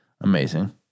Amazing